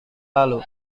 lalu